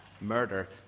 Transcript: murder